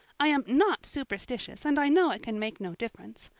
i am not superstitious and i know it can make no difference.